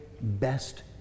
best